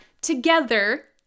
together